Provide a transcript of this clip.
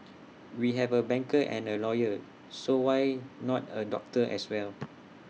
we have A banker and A lawyer so why not A doctor as well